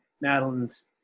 Madeline's